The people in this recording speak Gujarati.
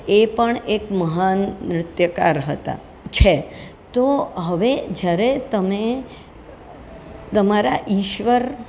એ પણ એક મહાન નૃત્યકાર હતા છે તો હવે જ્યારે તમે તમારા ઈશ્વર